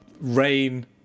rain